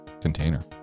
container